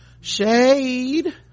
shade